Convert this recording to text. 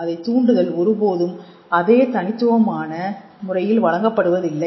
அதை தூண்டுதல் ஒரு போதும் அதே தனித்துவமான முறையில் வழங்கப்படுவதில்லை